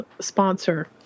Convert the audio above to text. sponsor